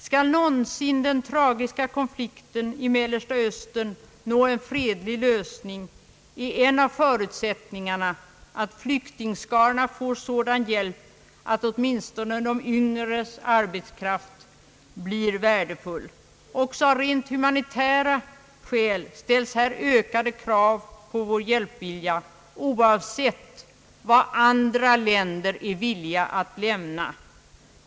Skall någonsin den tragiska konflikten i Mellersta östern nå en fredlig lösning är en av förutsättningarna, att flyktingskarorna får sådan hjälp, att åtminstone de yngres arbetskraft kan bli värdefull. Också av rent humanitära skäl ställs här ökade krav på vår hjälpvilja, oavsett vad andra länder är villiga att ge.